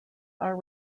are